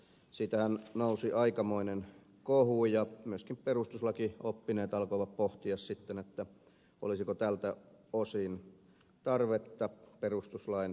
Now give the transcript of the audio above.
siitähän nousi aikamoinen kohu ja myöskin perustuslakioppineet alkoivat pohtia sitten olisiko tältä osin tarvetta perustuslain täsmentämiseen